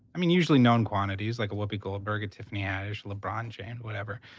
i mean, usually known quantities like a whoopi goldberg, a tiffany haddish, a lebron james, whatever,